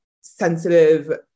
sensitive